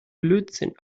blödsinn